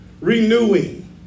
renewing